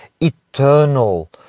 eternal